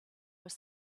was